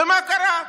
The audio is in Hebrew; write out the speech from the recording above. ומה קרה?